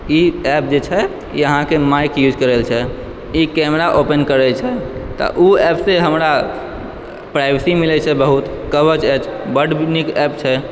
ई app जे छै ई अहाँके माइक यूज करै छै ई कैमरा ओपन करै छै तऽ ओ एपसँ हमरा प्राइवेसी मिलै छै बहुत कवच एप बड़ नीक एप छै